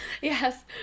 Yes